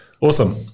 awesome